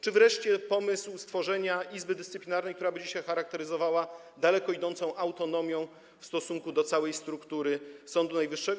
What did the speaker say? Czy wreszcie pomysł stworzenia Izby Dyscyplinarnej, która będzie się charakteryzowała daleko idącą autonomią w stosunku do całej struktury Sądu Najwyższego.